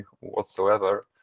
whatsoever